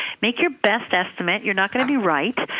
make your best estimate. you're not going to be right,